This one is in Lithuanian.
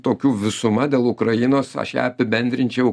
tokių visuma dėl ukrainos aš ją apibendrinčiau